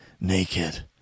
naked